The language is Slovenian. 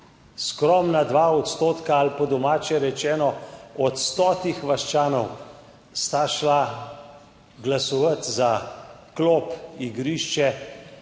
skromna 2 %, ali po domače rečeno, od stotih vaščanov sta šla glasovat za klop, igrišče